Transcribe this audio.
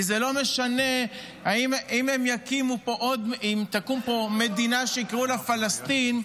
כי זה לא משנה אם תקום פה מדינה שיקראו לה פלסטין.